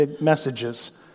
messages